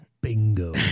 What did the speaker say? Bingo